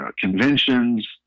conventions